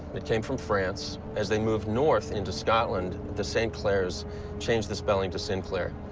they came from france. as they moved north into scotland, the st. clair's changed the spelling to sinclair.